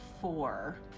four